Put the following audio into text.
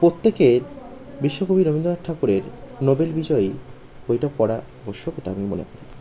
প্রত্যেকের বিশ্বকবি রবীন্দনাথ ঠাকুরের নোবেল বিজয়ী বইটা পড়া অবশ্যক এটা আমি মনে করি